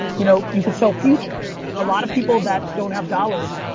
you know you could sell futures. a lot of people that don't have dollars,